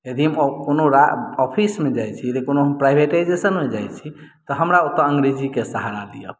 यदि कोनो राज ओफिसमे जाइ छी यदि कोनो प्राइवेटेजेशन मे जाइ छी तऽ हमरा ओतऽ अंग्रेजी के सहारा लिअ